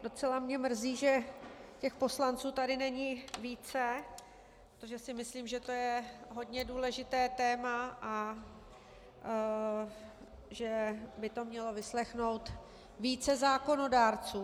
Docela mě mrzí, že těch poslanců tady není více, protože si myslím, že to je hodně důležité téma a že by to mělo vyslechnout více zákonodárců.